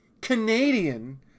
Canadian